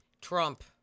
Trump